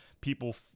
people